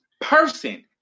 person